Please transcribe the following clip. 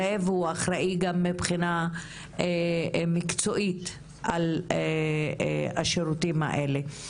והוא אחראי גם מהבחינה המקצועית על השירותים האלה.